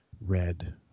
red